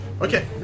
Okay